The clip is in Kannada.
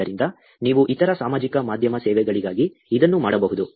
ಆದ್ದರಿಂದ ನೀವು ಇತರ ಸಾಮಾಜಿಕ ಮಾಧ್ಯಮ ಸೇವೆಗಳಿಗಾಗಿ ಇದನ್ನು ಮಾಡಬಹುದು